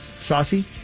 Saucy